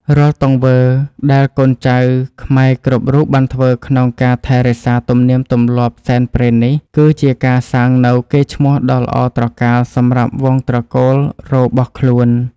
រាល់ទង្វើដែលកូនចៅខ្មែរគ្រប់រូបបានធ្វើក្នុងការថែរក្សាទំនៀមទម្លាប់សែនព្រេននេះ គឺជាការសាងនូវកេរ្តិ៍ឈ្មោះដ៏ល្អត្រកាលសម្រាប់វង្សត្រកូលរបស់ខ្លួន។